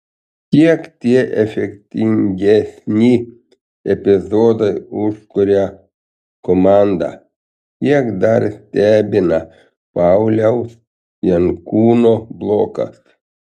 kiek tie efektingesni epizodai užkuria komandą kiek dar stebina pauliaus jankūno blokas